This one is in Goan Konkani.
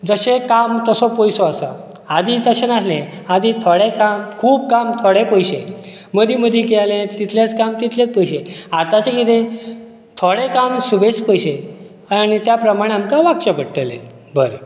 जशें काम तसो पयसो आसा आदी तशें नासले आदी थोडें काम खूब काम थोडे पयशे मदी मदी केले तितलेच काम तितलेच पयशे आताचे कितें थोडें काम सुबेज पयशे आनी ते प्रमाणान आमकां वागचे पडटले बरें